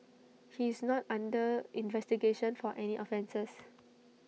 he is not under investigation for any offences